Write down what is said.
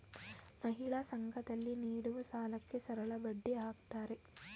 ಮಹಿಳಾ ಸಂಘ ದಲ್ಲಿ ನೀಡುವ ಸಾಲಕ್ಕೆ ಸರಳಬಡ್ಡಿ ಹಾಕ್ತಾರೆ